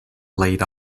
laid